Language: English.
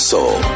Soul